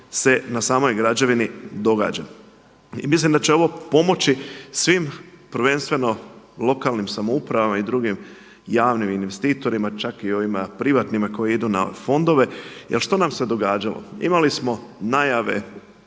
se na samoj građevini događa. Mislim da će ovo pomoći svim, prvenstveno lokalnim samoupravama i drugim javnim investitorima, čak i ovima privatnima koji idu na fondove. Jer što nam se događalo, imali smo najave